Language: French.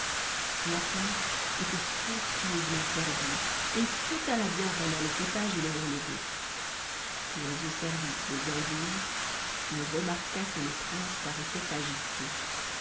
la table était somptueusement servie et tout alla bien pendant le potage et le relevé mais au service des andouilles on remarqua que le prince paraissait agité